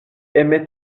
aimais